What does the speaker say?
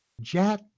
Jack